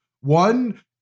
One